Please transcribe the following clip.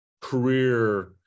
career